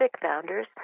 founders